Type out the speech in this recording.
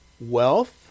wealth